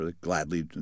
gladly